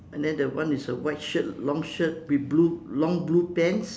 and then the one is a white shirt long shirt with blue long blue pants